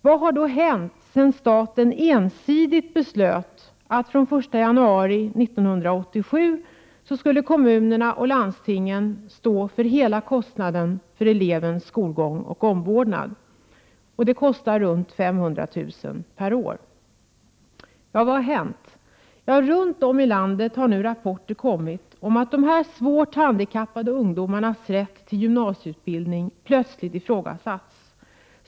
Vad har då hänt sedan staten ensidigt beslöt att kommunerna och landstingen från den 1 januari 1987 skulle stå för hela kostnaden för elevens skolgång och omvårdnad? Det kostar omkring 500 000 kr. per år. Ja, runt om i landet har rapporter kommit om att dessa svårt handikappade ungdomars rätt till gymnasieutbildning plötsligt ifrågasatts.